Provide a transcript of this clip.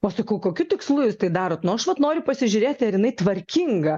pasakau kokiu tikslu jūs tai darot nu aš vat noriu pasižiūrėti ar jinai tvarkinga